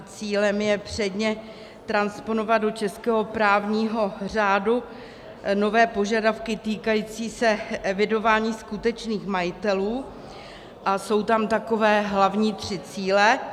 Cílem je předně transponovat do českého právního řádu nové požadavky týkající se evidování skutečných majitelů a jsou tam takové hlavní tři cíle.